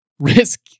risk